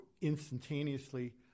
instantaneously